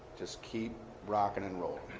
just keep rocking and rolling.